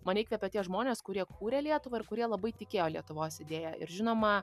mane įkvepia tie žmonės kurie kūrė lietuvą ir kurie labai tikėjo lietuvos idėja ir žinoma